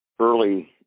early